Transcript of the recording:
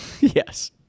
Yes